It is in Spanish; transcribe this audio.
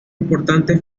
importante